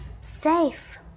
safe